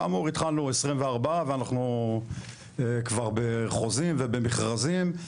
כאמור התחלנו 24 ואנחנו כבר בחוזים ובמכרזים.